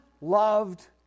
loved